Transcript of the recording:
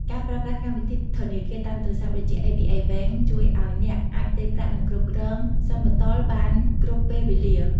ការប្រើប្រាស់កម្មវិធីធនាគារតាមទូរស័ព្ទ ដូចជា ABA Bank ជួយឱ្យអ្នកអាចផ្ទេរប្រាក់ និងគ្រប់គ្រងសមតុល្យបានគ្រប់ពេលវេលា។